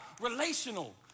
relational